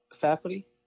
faculty